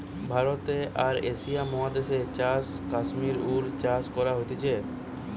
ভারতে আর এশিয়া মহাদেশে চাষ কাশ্মীর উল চাষ করা হতিছে